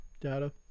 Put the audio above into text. data